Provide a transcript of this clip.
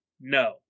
No